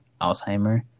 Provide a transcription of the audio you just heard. Alzheimer